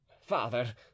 father